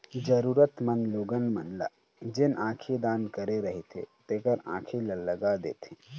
जरुरतमंद लोगन मन ल जेन आँखी दान करे रहिथे तेखर आंखी ल लगा देथे